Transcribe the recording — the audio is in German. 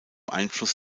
einfluss